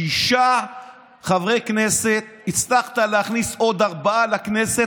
שישה חברי כנסת, והצלחת להכניס עוד ארבעה לכנסת.